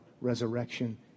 resurrection